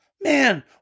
Man